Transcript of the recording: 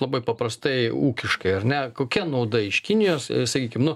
labai paprastai ūkiškai ar ne kokia nauda iš kinijos sakykime nu